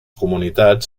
comunitats